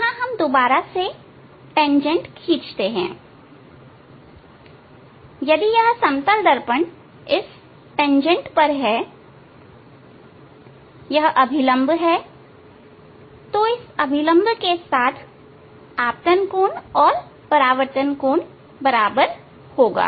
यहां हम दोबारा से तेंजेंट खींचते हैं यदि यह समतल दर्पण इस तेंजेंट पर है यह अभिलंब है तो इस अभिलंब के साथ आपतन कोण परावर्तन कोण के बराबर होगा